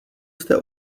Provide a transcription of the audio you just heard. jste